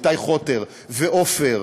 איתי חוטר ועופר